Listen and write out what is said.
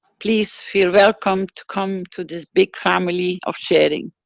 please feel welcome to come to this big family of sharing.